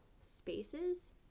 spaces